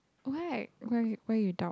wait where you where you talk